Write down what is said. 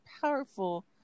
powerful